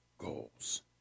goals